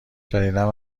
جدیدا